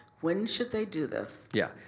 when should they do this? yeah.